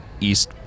East—